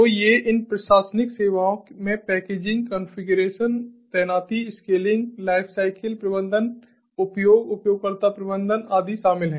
तो इन प्रशासनिक सेवाओं में पैकेजिंग कॉन्फ़िगरेशन तैनाती स्केलिंग लाइफसाइकिल प्रबंधन उपयोग उपयोगकर्ता प्रबंधन आदि शामिल हैं